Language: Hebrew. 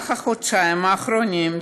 במהלך החודשים האחרונים,